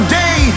day